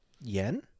yen